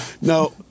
No